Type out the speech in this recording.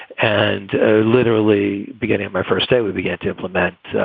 and literally beginning my first day, we began to implement